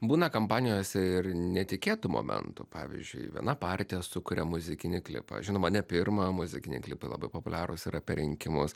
būna kompanijose ir netikėtų momentų pavyzdžiui viena partija sukuria muzikinį klipą žinoma ne pirmą muzikiniai klipai labai populiarūs ir apie rinkimus